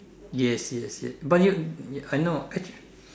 yes yes yes but you I know actually